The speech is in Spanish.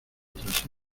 tras